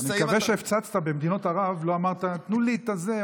אני מקווה שכשהפצצת במדינות ערב לא אמרת: תנו לי את זה,